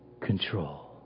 control